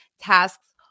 tasks